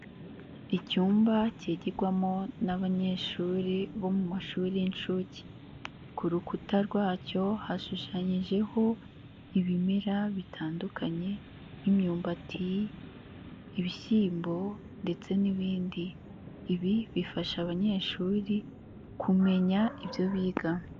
Icyumba kigirwamo n'abanyeshuri bo mu mashuri y'inshuke, ku rukuta rwacyo hashushanyijeho ibimera bitandukanye nk'imyumbati, ibishyimbo ,ndetse n'ibindi ibi bifasha abanyeshuri kumenya ibyo biga.